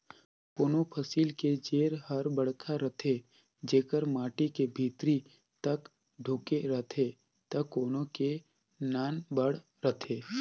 कोनों फसिल के जेर हर बड़खा रथे जेकर माटी के भीतरी तक ढूँके रहथे त कोनो के नानबड़ रहथे